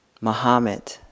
Muhammad